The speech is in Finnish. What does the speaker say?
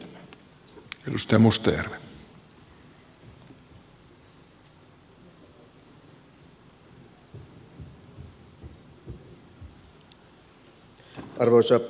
arvoisa puhemies